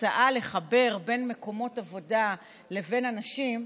הצעה לחבר בין מקומות עבודה לבין אנשים,